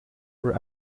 were